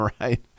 right